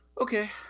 Okay